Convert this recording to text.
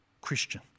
Christian